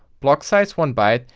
block size one byte,